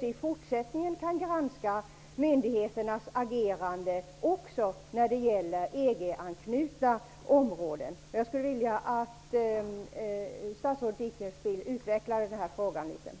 i fortsättningen kan granska myndigheters agerande också när det gäller EG anknutna områden. Jag skulle vilja att statsrådet Ulf Dinkelspiel utvecklade den här frågan något.